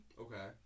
Okay